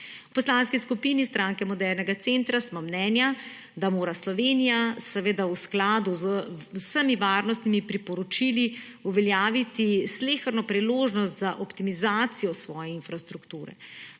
V Poslanski skupini Stranke modernega centra smo mnenja, da mora Slovenija v skladu z vsemi varnostnimi priporočili uveljaviti sleherno priložnost za optimizacijo svoje infrastrukture.